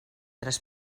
tres